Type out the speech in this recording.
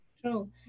True